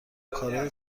کارای